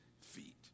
feet